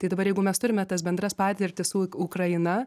tai dabar jeigu mes turime tas bendras patirtis su uk ukraina